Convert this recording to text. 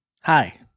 Hi